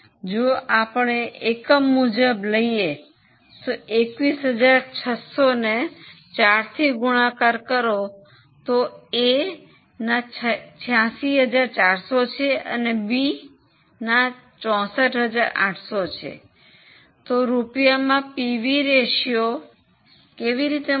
જો આપણે એકમ મુજબ લઈએ તો 21600 ને 4 થી ગુણાકાર કરો તો A ના 86400 છે અને બીના 64800 છે તો રૂપિયામાં પીવી રેશિયો કેવી રીતે મળશે